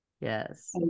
Yes